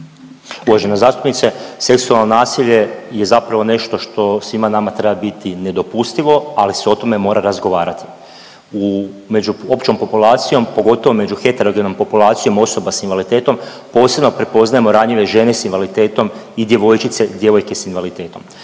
Uvažena zastupnice seksualno nasilje je zapravo nešto što svima nama treba biti nedopustivo, ali se o tome mora razgovarati. U među općom populacijom pogotovo među heterogenom populacijom osoba s invaliditetom posebno prepoznajemo ranjive žene s invaliditetom i djevojčice, djevojke s invaliditetom.